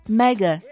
mega